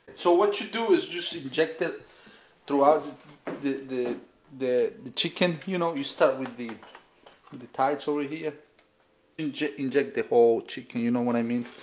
so what you do is just inject it throughout the the chicken. you know you start with the with the thighs over here. inject inject the whole chicken, you know what i mean?